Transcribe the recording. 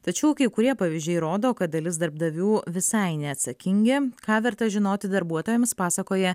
tačiau kai kurie pavyzdžiai rodo kad dalis darbdavių visai neatsakingi ką verta žinoti darbuotojams pasakoja